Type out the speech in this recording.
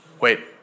wait